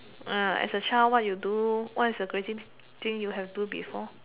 uh as a child what you do what is the crazy thing you do before